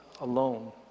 alone